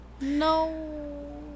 No